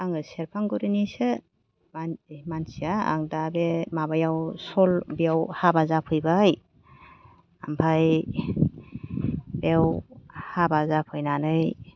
आङो सेरफांगुरिनिसो मानसिया आं दा बे माबायाव सल'आव हाबा जाफैबाय ओमफ्राय बेयाव हाबा जाफैनानै